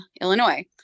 Illinois